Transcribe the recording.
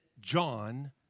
John